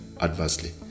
adversely